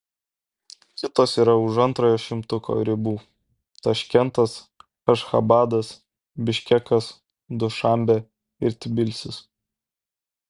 kitos yra už antrojo šimtuko ribų taškentas ašchabadas biškekas dušanbė ir tbilisis